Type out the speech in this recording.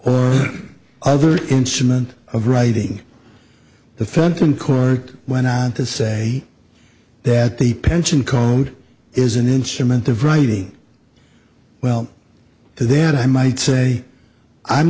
or other instrument of writing the fenton court went on to say that the pension code is an instrument of writing well there i might say i'm